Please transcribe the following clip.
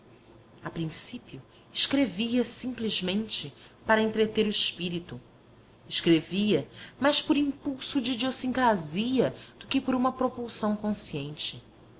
a princípio escrevia simplesmente para entreter o espírito escrevia mais por impulso de idiossincrasia do que por uma propulsão consciente